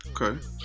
Okay